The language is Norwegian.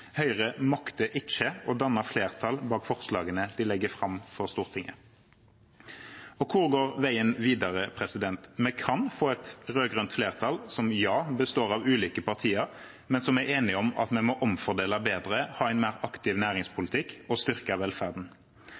Høyre makter ikke å danne flertall bak forslagene de legger fram for Stortinget. Hvor går veien videre? Vi kan få et rød-grønt flertall som består av ulike partier, men som er enige om at vi må omfordele bedre, ha en mer aktiv næringspolitikk og styrke velferden.